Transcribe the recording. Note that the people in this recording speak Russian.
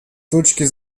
точки